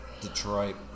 Detroit